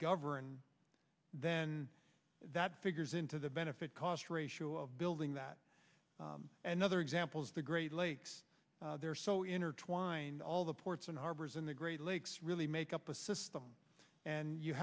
govern then that figures into the benefit cost ratio of building that and other examples the great lakes they're so intertwined all the ports and harbors in the great lakes really make up a system and you